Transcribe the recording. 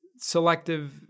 selective